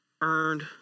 earned